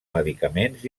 medicaments